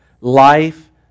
Life